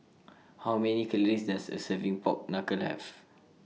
How Many Calories Does A Serving Pork Knuckle Have